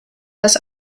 dass